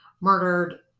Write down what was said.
murdered